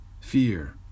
Fear